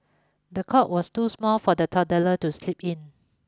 the cot was too small for the toddler to sleep in